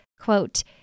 quote